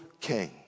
king